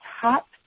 top